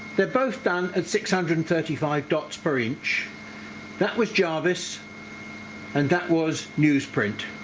they're both done at six hundred and thirty five dots per inch that was jarvis and that was newsprint.